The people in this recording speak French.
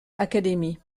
academy